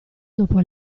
dopo